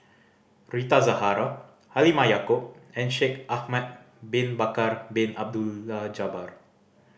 Rita Zahara Halimah Yacob and Shaikh Ahmad Bin Bakar Bin Abdullah Jabbar